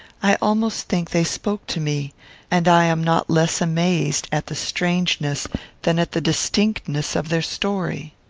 i almost think they spoke to me and i am not less amazed at the strangeness than at the distinctness of their story.